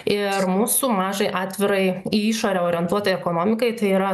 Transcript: ir mūsų mažai atvirai į išorę orientuotai ekonomikai tai yra